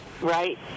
Right